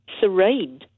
serene